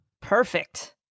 Perfect